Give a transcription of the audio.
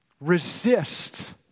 Resist